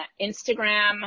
Instagram